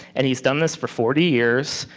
and he's done this for forty years.